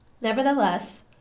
Nevertheless